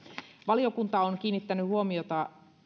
valiokunta on kiinnittänyt huomiota